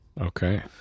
Okay